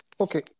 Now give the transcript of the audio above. Okay